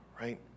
right